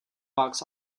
box